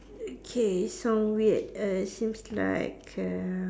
okay sounds weird err seems like err